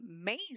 amazing